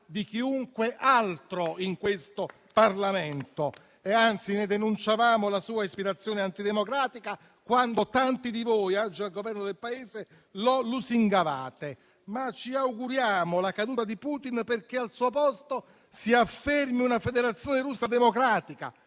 di chiunque altro in questo Parlamento, e anzi ne denunciavamo la sua ispirazione antidemocratica quando tanti di voi, oggi al Governo del Paese, lo lusingavano. Ci auguriamo la caduta di Putin perché al suo posto si affermi una Federazione Russa democratica,